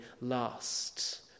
last